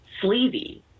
sleazy